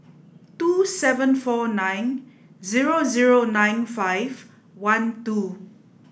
two seven four nine zero zero nine five one two